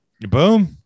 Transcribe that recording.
Boom